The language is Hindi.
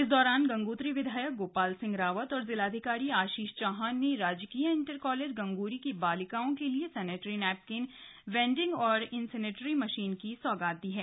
इस दौरान गंगोत्री विधायक गोपाल सिंह रावत और जिलाधिकारी आशीष चौहान ने राजकीय इंटर कालेज गंगोरी की बालिकाओं के लिए सैनिटरी नैपकिन वेंडिंग और इंसिनरेटर मशीन की सौगात दी है